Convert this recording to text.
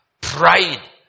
pride